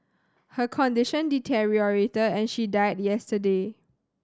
her condition deteriorated and she died yesterday